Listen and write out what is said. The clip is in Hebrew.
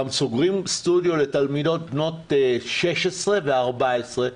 גם סוגרים סטודיו לתלמידות בנות 16 ו-14.